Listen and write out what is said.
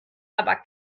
aber